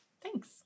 Thanks